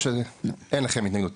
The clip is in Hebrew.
אין לכם התנגדות.